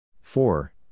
Four